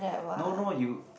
no no you